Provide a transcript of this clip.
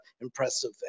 impressive